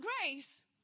grace